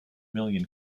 million